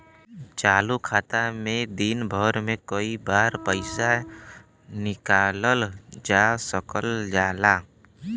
चालू खाता में दिन भर में कई बार पइसा निकालल जा सकल जाला